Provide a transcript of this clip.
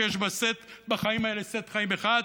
שיש בחיים האלה סט חיים אחד,